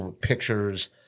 pictures